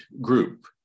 group